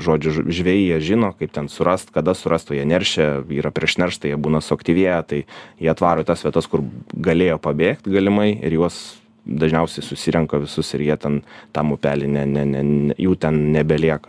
žodžiu žvejai jie žino kaip ten surast kada surast o jie neršia yra prieš nerštą jie būna suaktyvėję tai jie atvaro į tas vietas kur galėjo pabėgt galimai ir juos dažniausiai susirenka visus ir jie ten tam upelį ne ne ne jų ten nebelieka